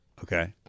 Okay